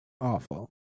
Awful